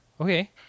Okay